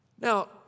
Now